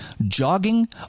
jogging